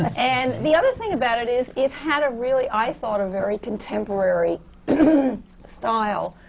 and the other thing about it is, it had really, i thought, a very contemporary style,